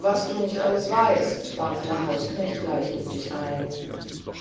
was du nicht alles weißt warf der hausknecht gleichmütig ein